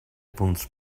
punts